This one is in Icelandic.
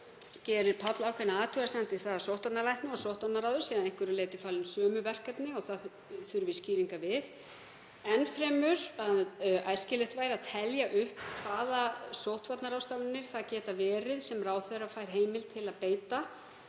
gerir Páll ákveðna athugasemd við það að sóttvarnalækni og sóttvarnaráði séu að einhverju leyti falin sömu verkefni og það þurfi skýringa við. Enn fremur að æskilegt væri að telja upp hvaða sóttvarnaráðstafanir það geti verið sem ráðherra fær heimild til að beita